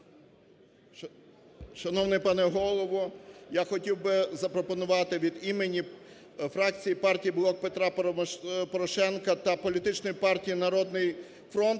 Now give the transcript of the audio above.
Шановний пане Голово, я хотів би запропонувати від імені фракції партії "Блок Петра Порошенка" та політичної партії "Народний фронт"